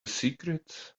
secret